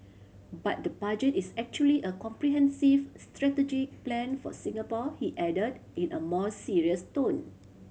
but the Budget is actually a comprehensive strategic plan for Singapore he added in a more serious tone